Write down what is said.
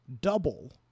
double